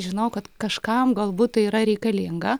žinojau kad kažkam galbūt tai yra reikalinga